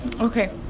Okay